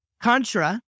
Contra